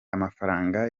amafaranga